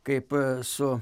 kaip su